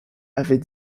avait